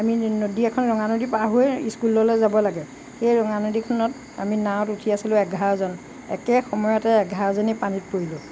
আমি নদী এখন ৰঙা নদী পাৰ হৈ স্কুললৈ যাব লাগে সেই ৰঙা নদীখনত আমি নাঁৱত উঠি আছিলোঁ এঘাৰজন একে সময়তে এঘাৰজনী পানীত পৰিলোঁ